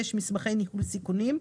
מסמכי ניהול סיכונים.